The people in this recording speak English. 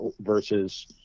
versus